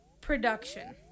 production